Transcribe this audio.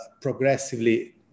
progressively